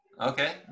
Okay